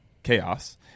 chaos